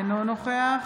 אינו נוכח